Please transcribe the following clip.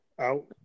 out